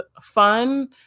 fun